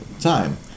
time